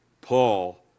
Paul